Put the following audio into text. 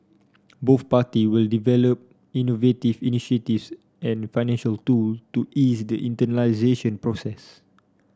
both parties will also develop innovative initiatives and financial tool to ease the process